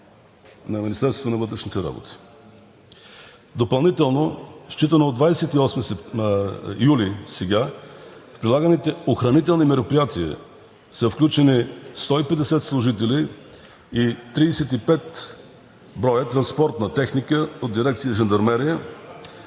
на Министерството на вътрешните работи. Допълнително, считано сега от 28 юли, в прилаганите охранителни мероприятия са включени 150 служители и 35 броя транспортна техника от Дирекция „Жандармерия“,